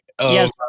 Yes